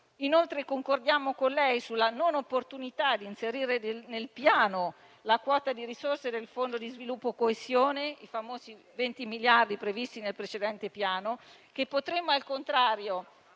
Inoltre, concordiamo con lei sulla non opportunità di inserire nel Piano la quota di risorse del Fondo di sviluppo e coesione (i famosi 20 miliardi previsti nel precedente Piano), che potremmo, al contrario,